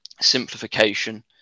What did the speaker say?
simplification